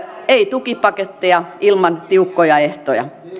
ei tukipaketteja ilman tiukkoja ehtoja